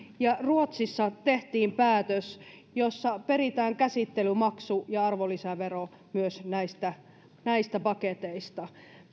ja ruotsissa tehtiin päätös jossa peritään käsittelymaksu ja arvonlisävero myös näistä näistä paketeista